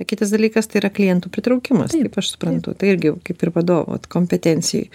kitas dalykas tai yra klientų pritraukimas taip aš suprantu tai irgi kaip ir vadovo vat kompetencijoj